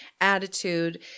attitude